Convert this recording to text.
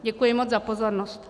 Děkuji moc za pozornost.